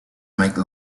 make